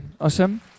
Awesome